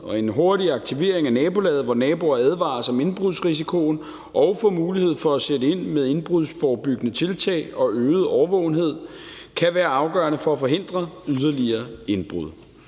og en hurtig aktivering af nabolaget, hvor naboer advares om indbrudsrisikoen og får mulighed for at sætte ind med indbrudsforebyggende tiltag og øget årvågenhed, kan være afgørende for at forhindre yderligere indbrud.